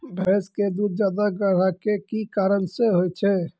भैंस के दूध ज्यादा गाढ़ा के कि कारण से होय छै?